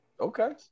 Okay